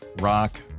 Rock